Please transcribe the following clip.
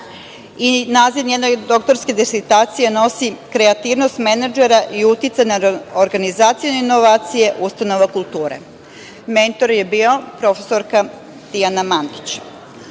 i naziv njene doktorske disertacije nosi „Kreativnost menadžera i uticaj na organizacione inovacije ustanova kulture“. Mentor joj je bio profesorka Tijana Mankić. Sumnja